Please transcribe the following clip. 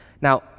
Now